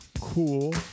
cool